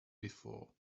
before